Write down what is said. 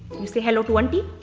you say hello to auntie?